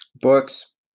Books